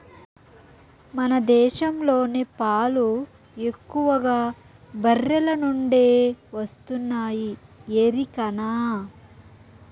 మన దేశంలోని పాలు ఎక్కువగా బర్రెల నుండే వస్తున్నాయి ఎరికనా